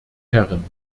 herren